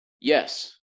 Yes